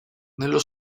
nello